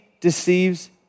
deceives